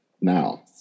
now